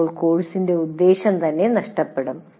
അപ്പോൾ കോഴ്സിന്റെ ഉദ്ദേശ്യം തന്നെ നഷ്ടപ്പെടും